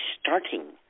starting